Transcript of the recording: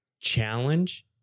challenge